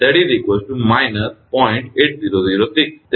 તેથી તે ખરેખર −0